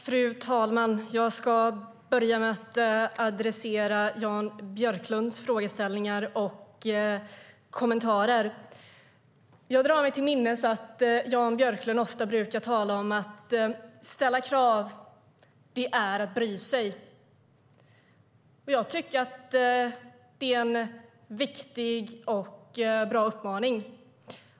Fru talman! Jag börjar med att adressera Jan Björklunds frågeställningar och kommentarer. Jag drar mig till minnes att Jan Björklund ofta talar om att ställa krav är att bry sig. Det är en viktig och bra uppmaning.